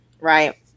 Right